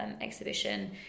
exhibition